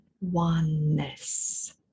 oneness